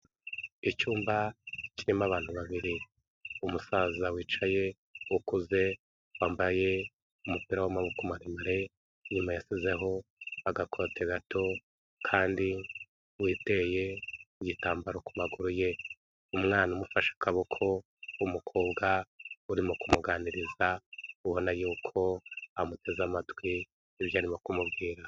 Icyumba kirimo abantu babiri, umusaza wicaye ukuze wambaye umupira w'amaboko maremare, inyuma yashyizeho agakote gato kandi witeye igitambaro ku maguru ye, umwana umufashe akaboko w'umukobwa urimo kumuganiriza ubona yuko amuteze amatwi ibyo arimo kumubwira.